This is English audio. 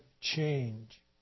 change